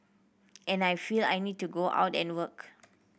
and I feel I need to go out and work